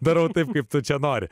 darau taip kaip tu čia nori